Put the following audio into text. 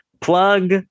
Plug